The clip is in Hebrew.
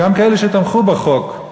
גם כאלה שתמכו בחוק: